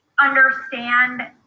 understand